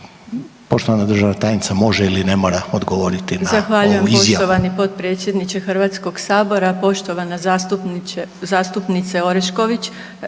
Poštovana državna tajnica može ili ne mora odgovoriti na ovu izjavu.